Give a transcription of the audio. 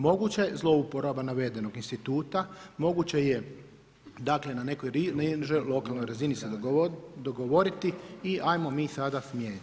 Moguća je zlouporaba navedenog instituta, moguće je dakle na nekoj nižoj lokalnoj razini se dogovoriti i ajmo mi sada smijeniti.